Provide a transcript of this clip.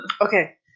Okay